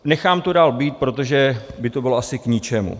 Nechám to dál být, protože by to bylo asi k ničemu.